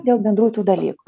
dėl bendrų tų dalykų